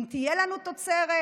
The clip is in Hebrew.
אם תהיה לנו תוצרת,